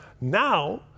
Now